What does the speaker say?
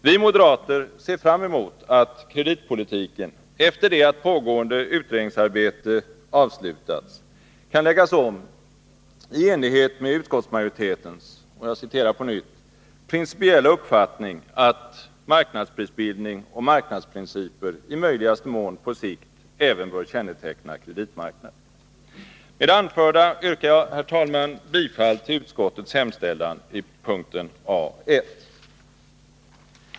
Vi moderater ser fram emot att kreditpolitiken — efter det att pågående utredningsarbete avslutats — kan läggas om i enlighet med utskottsmajoritetens ”principiella uppfattning att marknadsprisbildning och marknadsprinciper i möjligaste mån på sikt även bör känneteckna kreditmarknaden”. Med det anförda yrkar jag, herr talman, bifall till utskottets hemställan i punkt A 1.